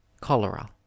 Cholera